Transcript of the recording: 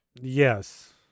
Yes